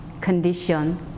condition